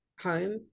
home